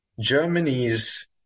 Germany's